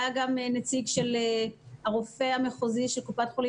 היה גם נציג הרופא המחוזי של קופת חולים